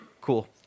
cool